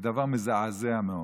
זה דבר מזעזע מאוד.